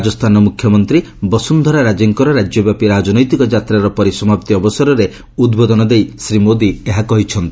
ରାଜସ୍ଥାନର ମୁଖ୍ୟମନ୍ତ୍ରୀ ବସୁନ୍ଧରା ରାଜେଙ୍କର ରାଜ୍ୟବ୍ୟାପୀ ରାଜନୈତିକ ଯାତ୍ରାର ପରିସମାପ୍ତି ଅବସରରେ ଉଦ୍ବୋଧନ ଦେଇ ଶ୍ରୀ ମୋଦି ଏହା କହିଛନ୍ତି